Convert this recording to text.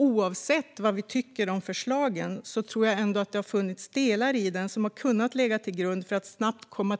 Oavsett vad vi tycker om förslagen har det funnits delar som har kunnat ligga till grund för att snabbt komma